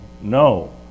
no